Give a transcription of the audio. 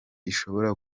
ishobora